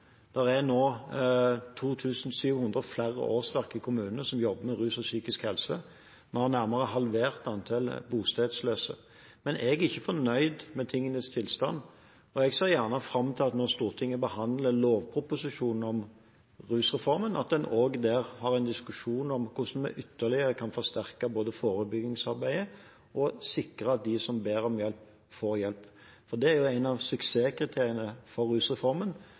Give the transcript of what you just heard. jobber med rus og psykisk helse i kommunene. Vi har nærmere halvert antall bostedsløse. Men jeg er ikke fornøyd med tingenes tilstand, og jeg ser fram til at Stortinget når man behandler lovproposisjonen om rusreformen, også har en diskusjon om hvordan vi ytterligere både kan forsterke forebyggingsarbeidet og sikre at de som ber om hjelp, får hjelp. Det er et av suksesskriteriene for rusreformen